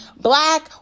black